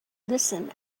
listen